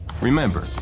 Remember